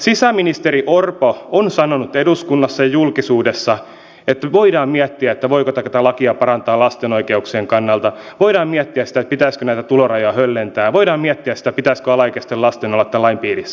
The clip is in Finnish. sisäministeri orpo on sanonut eduskunnassa ja julkisuudessa että voidaan miettiä voiko tätä lakia parantaa lasten oikeuksien kannalta voidaan miettiä sitä pitäisikö näitä tulorajoja höllentää voidaan miettiä sitä pitäisikö alaikäisten lasten olla tämän lain piirissä